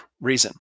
reason